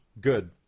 good